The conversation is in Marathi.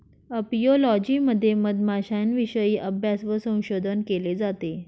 अपियोलॉजी मध्ये मधमाश्यांविषयी अभ्यास व संशोधन केले जाते